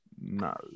No